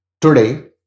Today